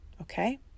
Okay